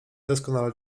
doskonale